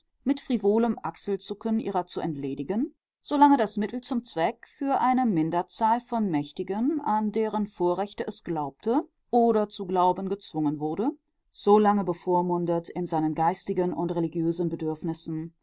mit frivolem achselzucken ihrer zu entledigen solange das mittel zum zweck für eine minderzahl von mächtigen an deren vorrechte es glaubte oder zu glauben gezwungen wurde solange bevormundet in seinen geistigen und religiösen bedürfnissen